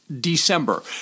December